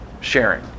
sharing